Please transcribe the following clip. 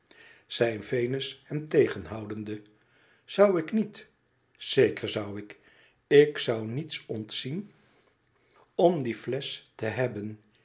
zei venus hem tegenhoudende zou ik niet zeker zou ik ik zou niets ontzien om die flesch te hebben